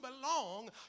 belong